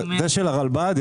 זה של הרלב"ד.